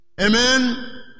Amen